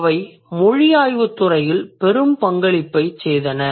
அவை மொழி ஆய்வுத் துறையில் பெரும் பங்களிப்பைச் செய்தன